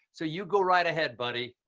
so you go right ahead, buddy.